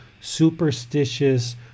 superstitious